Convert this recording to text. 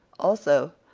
also,